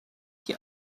die